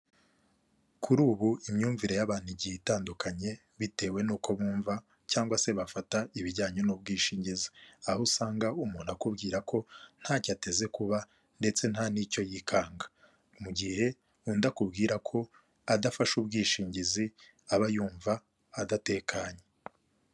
Kuri ubu imyumvire y'abantu igiye itandukanye bitewe n'uko bumva cyangwa se bafata ibijyanye n'ubwishingizi, aho usanga umuntu akubwira ko ntacyo ateze kuba ndetse nta n'icyo yikanga. Mu gihe undi akubwira ko adafashe ubwishingizi aba yumva adatekanye.